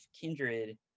Kindred